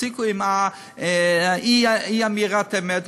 תפסיקו עם אי-אמירת האמת,